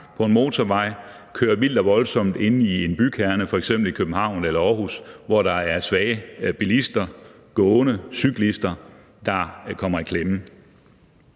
på en motorvej eller kører vildt og voldsomt inde i en bykerne, f.eks. i København eller i Aarhus, hvor der er svage bilister, gående, cyklister, der kommer i klemme.